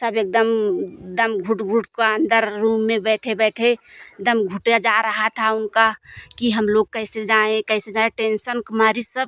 सब एकदम दम घुट घुट के अन्दर रूम में बैठे बैठे दम घुटा जा रहा था उनका कि हम लोग कैसे जाएं कैसे जाएं टेंशन के मारे सब